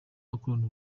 ukorana